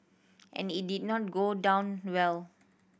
and it did not go down well